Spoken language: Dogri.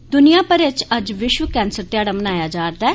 ते द्निया भरै च अज्ज विश्व कैन्सर ध्याड़ा मनाया जा रदा ऐ